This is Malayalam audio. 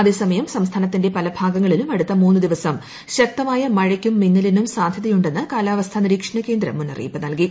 അതേസമയം സംസ്ഥാനത്തിന്റെ പല ഭാഗങ്ങളിലുക്ക് അടുത്ത മൂന്ന് ദിവസം ശക്തമായ മഴയ്ക്കും മിന്നലിനും സ്ഥാപ്യുത്തിയുണ്ടെന്ന് കാലാവസ്ഥാ നിരീക്ഷണ കേന്ദ്രം മുന്നറിയിപ്പ്പ് ന്ൽകി